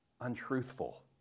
untruthful